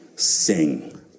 sing